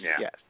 yes